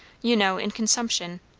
you know, in consumption,